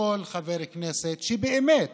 כל חבר כנסת שבאמת